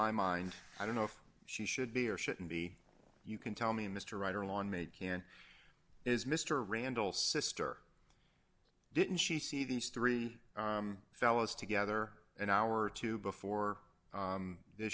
my mind i don't know if she should be or shouldn't be you can tell me mr writer on medicare is mr randall sister didn't she see these three fellows together an hour or two before